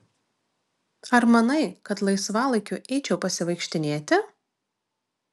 ar manai kad laisvalaikiu eičiau pasivaikštinėti